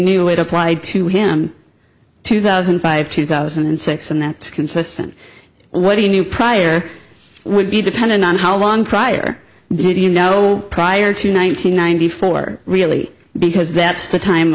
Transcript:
knew it applied to him two thousand and five two thousand and six and that's consistent what he knew prior would be dependent on how long prior did you know prior to nine hundred ninety four really because that's the time